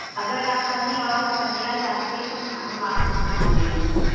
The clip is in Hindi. अगर आप कहीं और टहलना चाहते हैं तो हम हम आपको घुमा देंगे